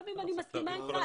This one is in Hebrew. גם אם אני מסכימה איתך,